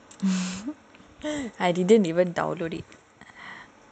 I didn't even download it